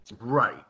Right